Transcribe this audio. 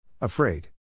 Afraid